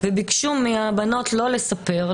וביקשו מהבנות לא לספר,